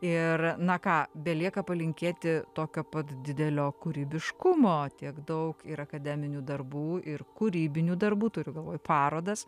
ir na ką belieka palinkėti tokio pat didelio kūrybiškumo tiek daug ir akademinių darbų ir kūrybinių darbų turiu galvoj parodas